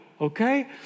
okay